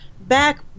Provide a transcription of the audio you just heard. back